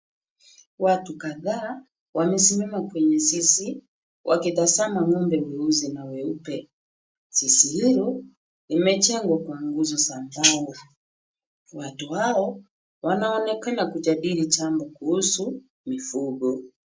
Watu kadhaa wamesimama kwenye zizi , wakitazama ng'ombe weusi na weupe, zizi hilo limejengwa guzo za mbao. watu wao wanaonekana wakijadili jambo kuhusu mifugo.